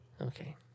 Okay